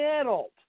adult